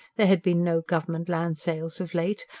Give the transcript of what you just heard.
there had been no government land-sales of late,